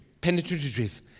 penetrative